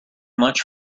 much